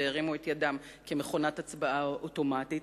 והרימו את ידם כמכונת הצבעה אוטומטית.